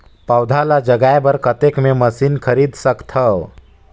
पौधा ल जगाय बर कतेक मे मशीन खरीद सकथव?